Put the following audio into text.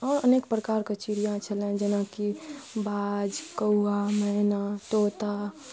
आओर अनेक प्रकारके चिड़िआ छलै जेनाकि बाज कौआ मैना तोता